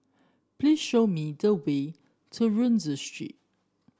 please show me the way to Rienzi Street